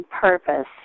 purpose